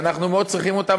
ואנחנו מאוד צריכים אותם,